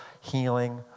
healing